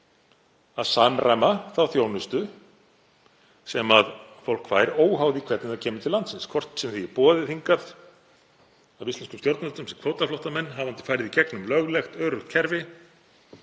að samræma þá þjónustu sem fólk fær, óháð því hvernig það kemur til landsins, hvort sem því er boðið hingað af íslenskum stjórnvöldum sem kvótaflóttamönnum, hafandi farið í gegnum löglegt, öruggt kerfi